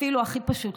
אפילו הכי פשוט,